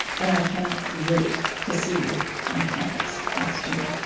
and i cannot wait to see you on campus next june.